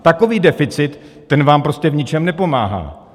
Takový deficit, ten vám prostě v ničem nepomáhá.